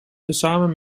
tezamen